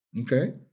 Okay